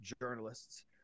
journalists